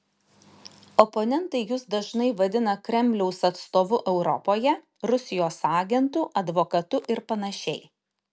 oponentai jus dažnai vadina kremliaus atstovu europoje rusijos agentu advokatu ir panašiai